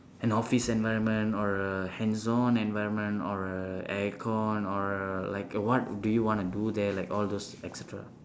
an office environment or a hands-on environment or a aircon or a like what do you want to do there like all those et cetera